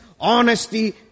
honesty